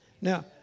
Now